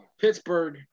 Pittsburgh